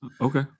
okay